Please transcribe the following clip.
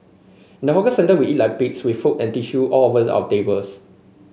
in the hawker centre we eat like pigs with food and tissue all over the of tables